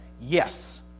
Yes